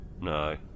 No